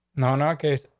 now, in our case,